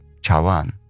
chawan